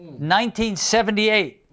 1978